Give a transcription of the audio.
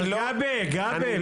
גבי, בבקשה ממך.